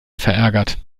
verärgert